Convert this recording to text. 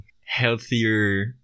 healthier